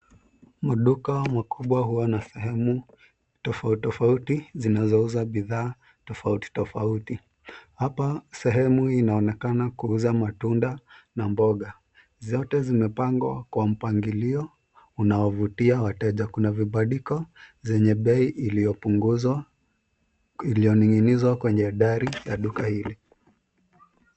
Maduka makubwa huwa na sehemu tofautitofauti zinazouza bidhaa tofautitofauti. Hapa, sehemu inaonekana kuuza matunda na mboga. Zote zimepangwa kwa mpangilio unaovutia wateja. Kuna vibandiko zenye bei iliyopunguzwa iliyoninginizwa kwenye dari ya duka hili.